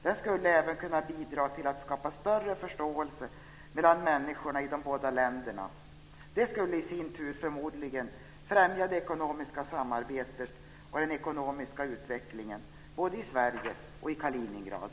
Den skulle även kunna bidra till att skapa större förståelse mellan människorna i de båda länderna. Det skulle i sin tur förmodligen främja det ekonomiska samarbetet och den ekonomiska utvecklingen både i Sverige och i Kaliningrad.